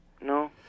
No